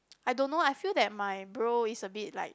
I don't know I feel that my bro is a bit like